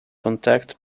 contact